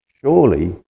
Surely